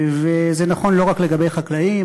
וזה נכון לא רק לגבי חקלאים,